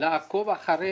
לעקוב אחרי